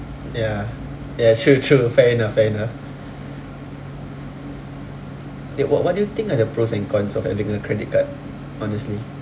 ya ya true true fair enough fair enough ya what what do you think ah the pros and cons of having a credit card honestly